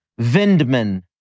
Vindman